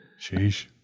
Sheesh